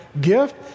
gift